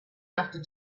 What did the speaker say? after